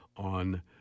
on